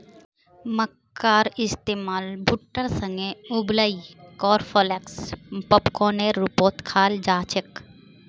मक्कार इस्तमाल भुट्टा सेंके उबलई कॉर्नफलेक्स पॉपकार्नेर रूपत खाल जा छेक